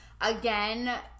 Again